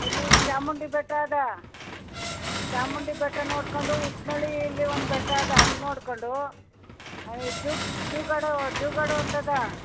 ಇಲ್ಲಿ ಚಾಮುಂಡಿ ಬೆಟ್ಟ ಇದೆ ಚಾಮುಂಡಿ ಬೆಟ್ಟ ನೋಡ್ಕೊಂಡು ಉತ್ತನಳ್ಳಿಲ್ಲಿ ಒಂದು ಬೆಟ್ಟ ಇದೆ ಅದು ನೋಡ್ಕೊಂಡು ಜುಗಾಡೋ ಜುಗಾಡೋ ಅಂತಿದೆ